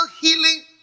healing